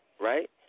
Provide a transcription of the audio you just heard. right